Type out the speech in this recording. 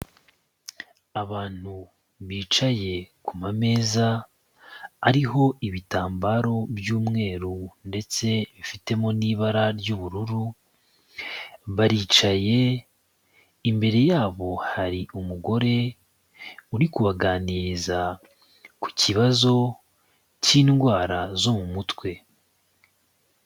Abantu bicaye ku mameza ariho ibitambaro by'umweru ndetse bifitemo n'ibara ry'ubururu, baricaye, imbere yabo hari umugore uri kubaganiriza ku kibazo cy'indwara zo mu mutwe.